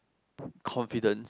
confidence